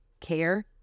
Care